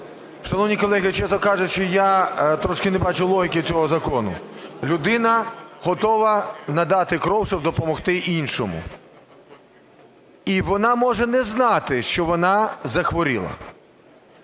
Шановні колеги, чесно кажучи, я трошки не бачу логіки цього закону. Людина готова надати кров, щоб допомогти іншому. І вона може не знати, що вона захворіла.